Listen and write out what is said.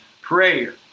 prayer